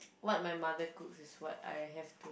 what my mother cooks is what I have to